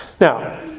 Now